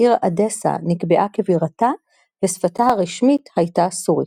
העיר אדסה נקבעה כבירתה ושפתה הרשמית הייתה סורית.